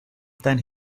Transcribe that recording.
than